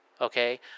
Okay